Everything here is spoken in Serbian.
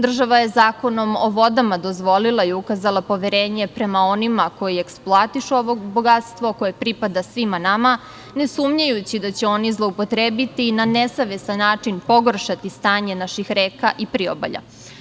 Država je Zakonom o vodama dozvolila i ukazala poverenje prema onima koji eksploatišu ovo bogatstvo koje pripada svima nama, ne sumnjajući da će oni i zloupotrebiti na nesavesan način pogoršati stanje naših reka i priobalja.